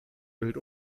wild